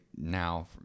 Now